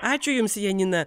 ačiū jums janina